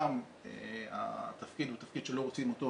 שם התפקיד הוא תפקיד שלא רוצים אותו,